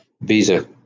visa